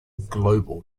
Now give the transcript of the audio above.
global